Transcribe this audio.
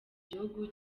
gihugu